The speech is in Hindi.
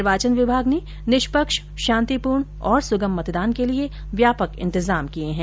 निर्वाचन विभाग ने निष्पक्ष शांतिपूर्ण और सुगम मतदान के लिए व्यापक इन्तजाम किए है